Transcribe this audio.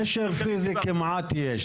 קשר פיזי כמעט יש.